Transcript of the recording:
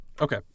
Okay